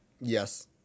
Yes